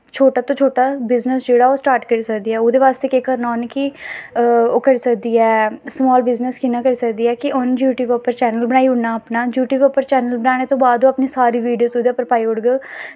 छोटा तो छोटा बिज़नस जेह्ड़ा ओह् स्टार्ट करी सकदी ऐ ओह्दे बास्तै केह् करना उ'नें कि ओह् करी सकदी ऐ स्माल बिज़नस कि'यां करी सकदी ऐ कि उन्न यूट्यूब पर चैनल बनाई ओड़ना अपना यूट्यूब उप्पर चैनल बनाने दे बाद ओह् अपने सारे वीडियो तुस ओह्दे उप्पर पाई ओड़गेओ